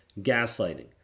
gaslighting